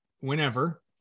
whenever